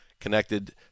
connected